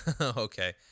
Okay